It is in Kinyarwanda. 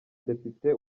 depite